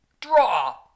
Draw